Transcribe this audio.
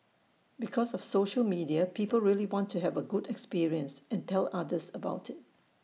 because of social media people really want to have A good experience and tell others about IT